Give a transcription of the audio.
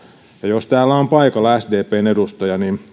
jos täällä on paikalla sdpn edustaja niin